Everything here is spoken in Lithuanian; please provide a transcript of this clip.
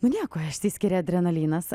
nu nieko išsiskiria adrenalinas